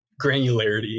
granularity